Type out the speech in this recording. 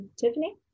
Tiffany